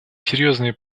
серьезные